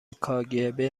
کاگب